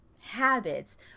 habits